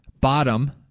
Bottom